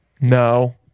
no